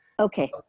Okay